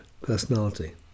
personality